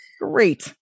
Great